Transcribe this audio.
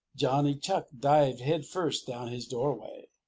johnny chuck dived headfirst down his doorway.